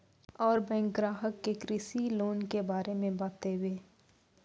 और बैंक ग्राहक के कृषि लोन के बारे मे बातेबे?